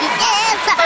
yes